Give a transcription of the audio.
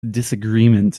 disagreement